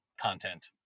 content